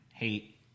hate